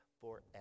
forever